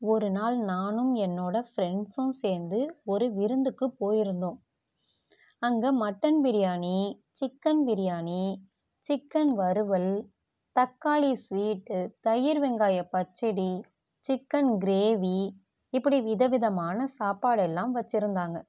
ஒரு நாள் நானும் என்னோடய ஃப்ரெண்ட்ஸ்ஸும் சேர்ந்து ஒரு விருந்துக்கு போய்ருந்தோம் அங்கே mutton biryani chicken biryani chicken வருவல் தக்காளி ஸ்வீட்டு தயிர்வெங்காயம் பச்சடி சிக்கன் கிரேவி இப்படி விதவிதமான சாப்பாடெல்லாம் வெச்சிருந்தாங்க